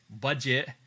budget